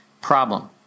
Problem